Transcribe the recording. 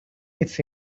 it’s